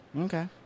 Okay